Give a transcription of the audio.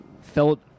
felt